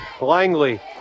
Langley